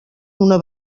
una